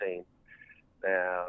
now